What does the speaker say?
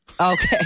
Okay